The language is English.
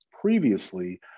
previously